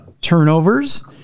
Turnovers